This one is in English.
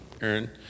Aaron